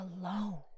alone